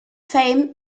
fame